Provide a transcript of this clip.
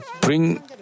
bring